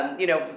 you know,